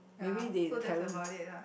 ya so that's about it lah